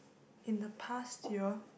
in the past year